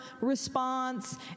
response